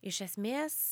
iš esmės